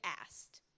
asked